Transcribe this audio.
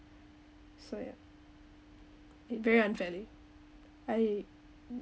so ya it very unfairly I